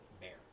bear